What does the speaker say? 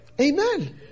Amen